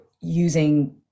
using